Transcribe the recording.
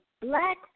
Black